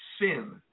sin